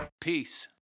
Peace